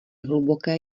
hluboké